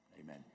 Amen